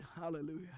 hallelujah